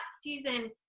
season